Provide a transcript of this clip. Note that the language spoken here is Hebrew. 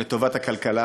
לטובת הכלכלה,